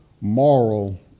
moral